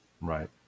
Right